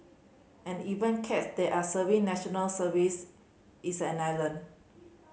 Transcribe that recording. and even cats they are serving National Service its an island